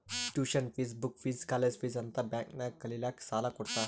tuition fees, book fees, college fees ಅಂತ್ bank ನಾಗ್ ಕಲಿಲ್ಲಾಕ್ಕ್ ಸಾಲಾ ಕೊಡ್ತಾರ್